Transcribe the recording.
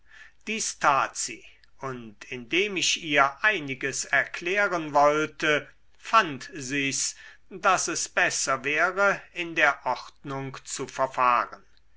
dies tat sie und indem ich ihr einiges erklären wollte fand sich's daß es besser wäre in der ordnung zu verfahren